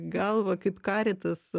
galvą kaip karitas